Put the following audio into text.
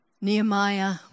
Nehemiah